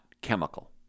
chemical